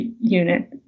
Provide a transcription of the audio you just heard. unit